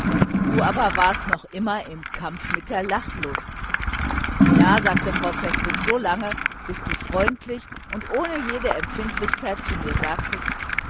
du aber warst noch immer im kampf mit der lachlust ja sagte frau pfäffling so lange bis du freundlich und ohne jede empfindlichkeit zu mir sagtest